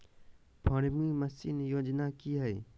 Farming machine योजना कि हैय?